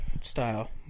style